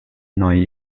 neue